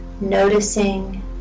Noticing